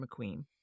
McQueen